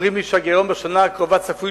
אומרים לי שהגירעון בשנה הקרובה צפוי